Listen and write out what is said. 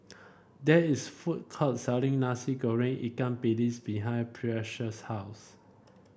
there is food court selling Nasi Goreng Ikan Bilis behind Precious' house